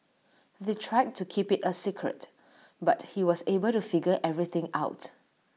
they tried to keep IT A secret but he was able to figure everything out